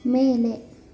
ಮೇಲೆ